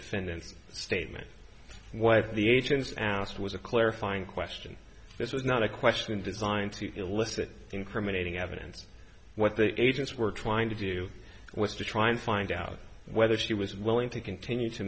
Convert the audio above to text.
defendant's statement what the agents asked was a clarifying question this is not a question designed to elicit incriminating evidence what the agents were trying to do was to try and find out whether she was willing to continue to